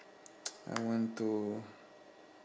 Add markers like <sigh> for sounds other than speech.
<noise> I want to